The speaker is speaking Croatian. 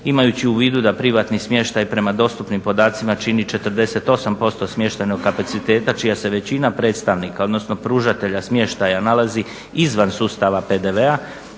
imajući u vidu da privatni smještaj prema dostupnim podacima čini 48% smještajnog kapaciteta čija se većina predstavnika odnosno pružatelja smještaja nalazi izvan sustava PDV-a